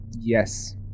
yes